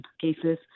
cases